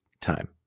time